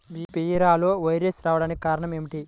బీరలో వైరస్ రావడానికి కారణం ఏమిటి?